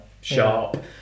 sharp